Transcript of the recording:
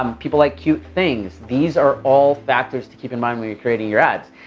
um people like cute things. these are all factors to keep in mind when you're creating your ads.